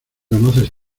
conoces